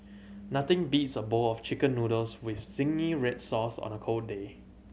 nothing beats a bowl of Chicken Noodles with zingy red sauce on a cold day